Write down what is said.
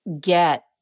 get